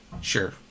Sure